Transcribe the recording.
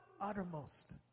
Uttermost